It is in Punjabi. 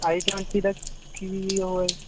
ਆਈ ਟਵੈਂਟੀ ਦਾ ਕੀ ਉਹ ਏ